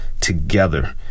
together